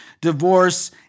Divorce